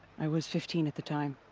i was fifteen at the time.